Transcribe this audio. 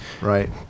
right